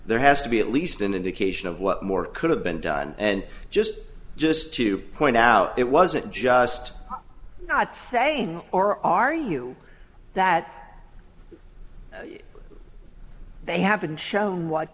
there has to be at least an indication of what more could have been done and just just to point out it wasn't just not saying or are you that they haven't shown what